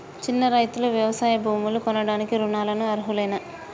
చిన్న రైతులు వ్యవసాయ భూములు కొనడానికి రుణాలకు అర్హులేనా?